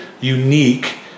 unique